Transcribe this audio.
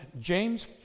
James